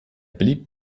blieb